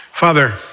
Father